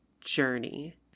Journey